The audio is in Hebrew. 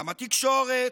גם התקשורת,